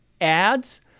ads